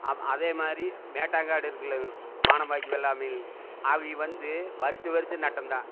அதே மாதிரி மேட்டாங்காடு இருக்குல்ல மானம்பாக்கும் வெள்ளாமை அவங்க வந்து வருஷம் வருஷம் நட்டம்தான்